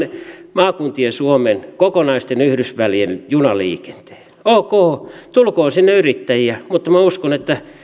maakuntien suomen kokonaisten yhdysvälien junaliikenteen ok tulkoon sinne yrittäjiä mutta minä uskon että